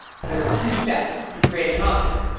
so there are two steps to creating an object.